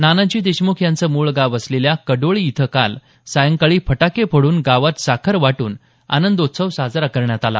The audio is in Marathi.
नानाजी देशमुख यांचं मूळ गाव असलेल्या कडोळी इथं काल सायंकाळी फटाके फोडून गावात साखर वाटून आनंदोत्सव साजरा करण्यात आला